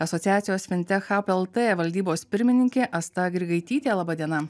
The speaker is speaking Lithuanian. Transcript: asociacijos fintech hab lt valdybos pirmininkė asta grigaitytė laba diena